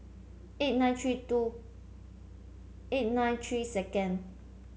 eight nine three two eight nine three second